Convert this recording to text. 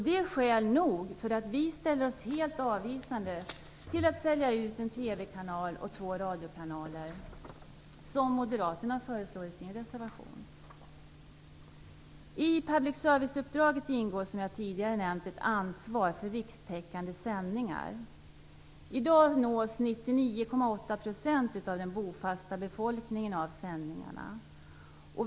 Det är skäl nog för att vi skall ställa oss helt avvisande till att sälja ut en TV-kanal och två radiokanaler som moderaterna föreslår i sin reservation. I public service-uppdraget ingår som jag tidigare nämnt ett ansvar för rikstäckande sändningar. I dag nås 99,8 % av den bofasta befolkningen av sändningarna.